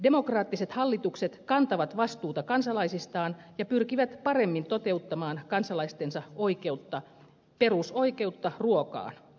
demokraattiset hallitukset kantavat vastuuta kansalaisistaan ja pyrkivät paremmin toteuttamaan kansalaistensa oikeutta perusoikeutta ruokaan